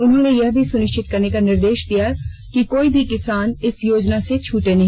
उन्होंने यह भी सुनिष्चित करने का निर्देष दिया कि कोई भी किसान इस योजना से छुटे नहीं